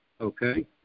okay